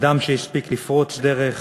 אדם שהספיק לפרוץ דרך,